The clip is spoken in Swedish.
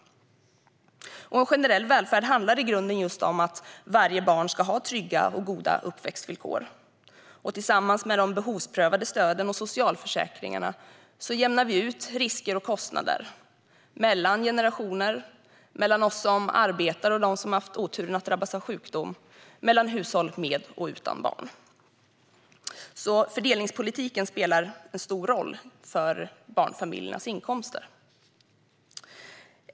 En generell välfärd handlar i grunden just om att varje barn ska ha trygga och goda uppväxtvillkor. Med de behovsprövade stöden och socialförsäkringar jämnar vi ut risker och kostnader mellan generationer, mellan oss som arbetar och de som har haft oturen att drabbas av sjukdom, mellan hushåll med barn och hushåll utan barn. Fördelningspolitiken spelar en stor roll för barnfamiljernas inkomster.